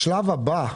השלב הבא,